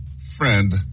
friend